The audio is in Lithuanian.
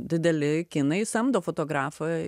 dideli kinai samdo fotografą